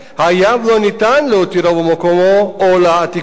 היה ולא ניתן להותירו במקומו או להעתיקו,